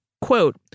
Quote